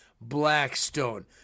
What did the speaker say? Blackstone